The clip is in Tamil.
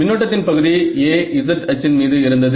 மின்னோட்டத்தின் பகுதி A z அச்சின் மீது இருந்தது